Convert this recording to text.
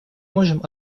можем